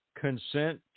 consent